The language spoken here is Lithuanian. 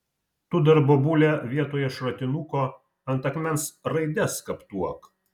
tu dar bobule vietoj šratinuko ant akmens raides skaptuok